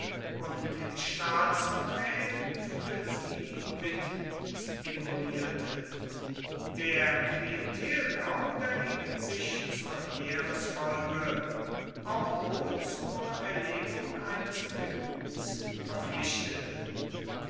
und in staatsverträgen für sie mitstipulierte der klientelgau dagegen sich zur heeresfolge auch wohl zur erlegung eines tributs verpflichtete